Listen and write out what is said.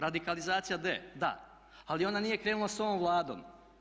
Radikalizacija da, ali ona nije krenula sa ovom Vladom.